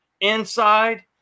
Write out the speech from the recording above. inside